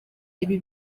ibi